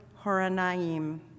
Horanaim